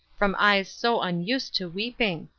from eyes so unused to weeping.